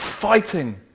fighting